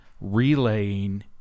relaying